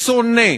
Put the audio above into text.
שונא,